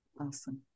Awesome